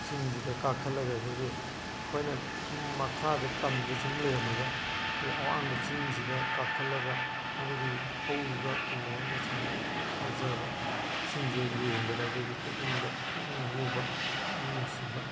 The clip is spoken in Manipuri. ꯆꯤꯡꯁꯤꯗ ꯀꯥꯈꯠꯂꯒ ꯑꯩꯈꯣꯏꯒꯤ ꯑꯩꯈꯣꯏꯅ ꯁꯨꯝ ꯃꯈꯥꯗ ꯇꯝꯗ ꯁꯨꯝ ꯂꯩꯔꯝꯃꯒ ꯑꯩꯈꯣꯏ ꯑꯋꯥꯡꯕ ꯆꯤꯡꯁꯤꯗ ꯀꯥꯈꯠꯂꯒ ꯃꯗꯨꯒꯤ ꯍꯧꯔꯤꯕ ꯎ ꯋꯥꯅ ꯆꯤꯡꯕ ꯌꯥꯝꯅ ꯐꯖꯕ ꯁꯤꯡꯁꯦ ꯌꯦꯡꯕꯗ ꯑꯩꯈꯣꯏꯒꯤ ꯄꯨꯛꯅꯤꯡꯗ ꯄꯨꯛꯅꯤꯡ ꯍꯨꯕ ꯄꯨꯛꯅꯤꯡ ꯅꯨꯡꯁꯤꯕ